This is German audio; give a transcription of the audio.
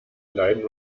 leiden